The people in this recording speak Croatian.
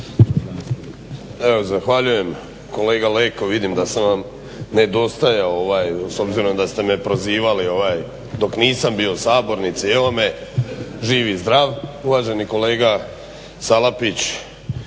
Evo zahvaljujem. Kolega Leko, vidim da sam vam nedostajao s obzirom da ste me prozivali dok nisam bio u sabornici. Evo me živ i zdrav. Uvaženi kolega Salapić,